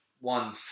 one